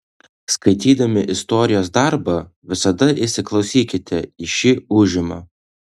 skaitydami istorijos darbą visada įsiklausykite į šį ūžimą